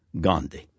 Gandhi